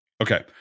Okay